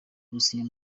gusinya